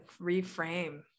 reframe